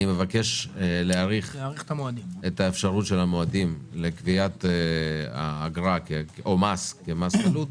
אני מבקש להאריך את המועדים לקביעת המס כמס חלוט.